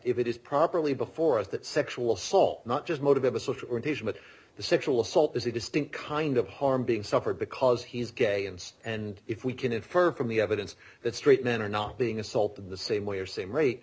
if it is properly before us that sexual assault not just motivate us which but the sexual assault is a distinct kind of harm being suffered because he's gay and and if we can infer from the evidence that straight men are not being assaulted the same way or same rate